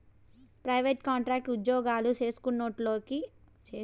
private, contract ఉజ్జోగాలు చేస్కునేటోల్లకి ఈ ఎన్.పి.ఎస్ పదకం బాగుండాది